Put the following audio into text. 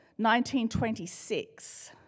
1926